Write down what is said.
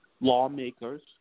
lawmakers